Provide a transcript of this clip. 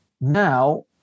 Now